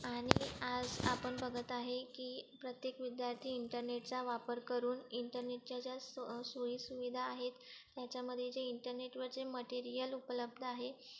आणि आज आपण बघत आहे की प्रत्येक विद्यार्थी इंटरनेटचा वापर करून इंटरनेटच्या ज्या सो सोयीसुविधा आहेत त्याच्यामध्ये जे इंटरनेटवरचे मटेरियल उपलब्ध आहे